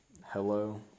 Hello